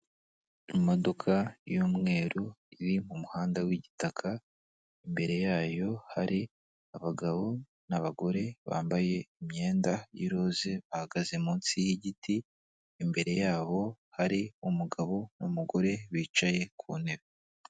Imodoka y'umweru iri mu muhanda w'igitaka, imbere yayo hari abagabo n'abagore bambaye imyenda y'iroza bahagaze munsi y'igiti, imbere yabo hari umugabo n'umugore bicaye ku ntebe.